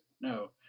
No